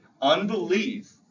Unbelief